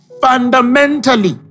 fundamentally